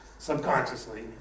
Subconsciously